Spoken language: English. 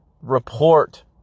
Report